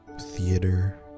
theater